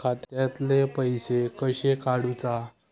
खात्यातले पैसे कशे काडूचा?